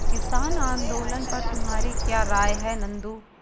किसान आंदोलन पर तुम्हारी क्या राय है नंदू?